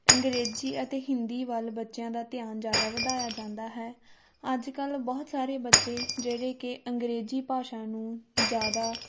ਅੰਗਰੇਜ਼ੀ ਅਤੇ ਹਿੰਦੀ ਵੱਲ ਬੱਚਿਆਂ ਦਾ ਧਿਆਨ ਜ਼ਿਆਦਾ ਵਧਾਇਆ ਜਾਂਦਾ ਹੈ ਅੱਜ ਕੱਲ੍ਹ ਬਹੁਤ ਸਾਰੇ ਬੱਚੇ ਜਿਹੜੇ ਕਿ ਅੰਗਰੇਜ਼ੀ ਭਾਸ਼ਾ ਨੂੰ ਜ਼ਿਆਦਾ